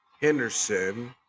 henderson